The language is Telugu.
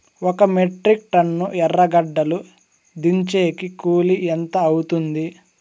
ఒక మెట్రిక్ టన్ను ఎర్రగడ్డలు దించేకి కూలి ఎంత అవుతుంది?